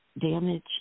damage